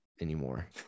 anymore